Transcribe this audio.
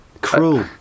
Cruel